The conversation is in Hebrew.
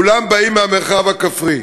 כולם באים מהמרחב הכפרי.